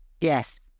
yes